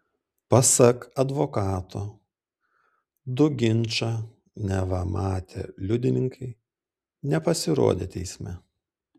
pasak advokato du ginčą neva matę liudininkai nepasirodė teisme